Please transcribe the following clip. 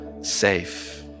safe